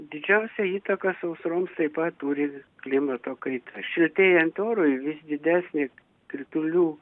didžiausią įtaką sausroms taip pat turi klimato kaita šiltėjant orui vis didesnė kritulių